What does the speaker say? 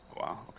Wow